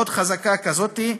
עוד חזקה כזאת: